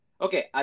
okay